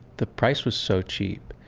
the price was so cheap,